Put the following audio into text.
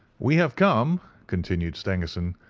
we have come, continued stangerson,